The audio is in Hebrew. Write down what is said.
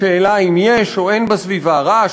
השאלה אם יש או אין בסביבה רעש,